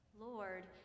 Lord